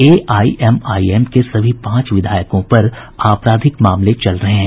AIMIM के सभी पांच विधायकों पर आपराधिक मामले चल रहे हैं